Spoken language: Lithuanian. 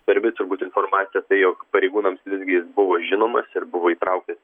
svarbi turbūt informacija tai jog pareigūnams visgi jis buvo žinomas ir buvo įtrauktas